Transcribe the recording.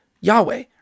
Yahweh